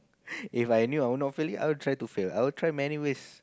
If I knew I would not fail it I will try to fail I will try many ways